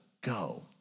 go